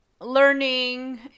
learning